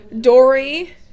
Dory